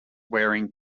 wearing